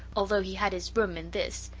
although he had his room in this.